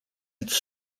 its